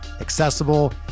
accessible